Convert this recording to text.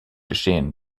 geschehen